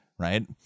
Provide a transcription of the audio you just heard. Right